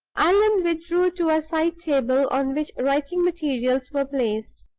allan withdrew to a side-table on which writing materials were placed.